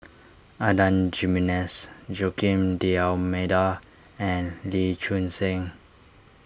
Adan Jimenez Joaquim D'Almeida and Lee Choon Seng